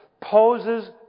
poses